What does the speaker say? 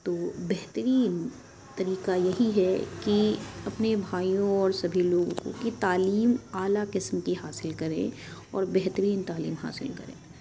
تو بہترین طریقہ یہی ہے کہ اپنے بھائیوں اور سبھی لوگوں کو کہ تعلیم اعلیٰ قسم کی حاصل کریں اور بہترین تعلیم حاصل کریں